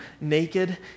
naked